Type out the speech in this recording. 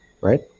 right